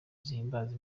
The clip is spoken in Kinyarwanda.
zihimbaza